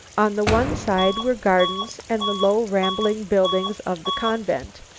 on the one side were gardens and the low rambling buildings of the convent,